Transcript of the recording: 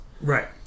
Right